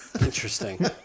Interesting